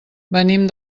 venim